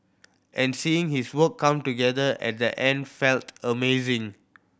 and seeing his work come together at the end felt amazing